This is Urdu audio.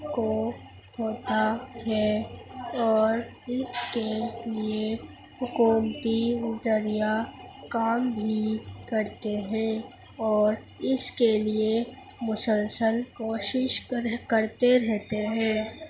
کو ہوتا ہے اور اس کے لیے حکومتی ذریعہ کام بھی کرتے ہیں اور اس کے لیے مسلسل کوشش کرتے رہتے ہیں